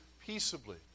peaceably